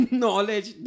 knowledge